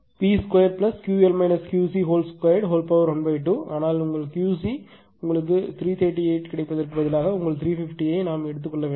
PP2Ql QC212 ஆனால் QC உங்களுக்கு 338 கிடைப்பதற்கு பதிலாக உங்கள் 350 ஐ எடுக்க வேண்டும்